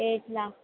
एटला